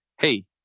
hey